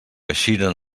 eixiren